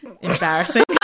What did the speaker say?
Embarrassing